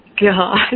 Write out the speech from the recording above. God